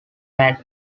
had